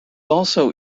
also